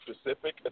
specific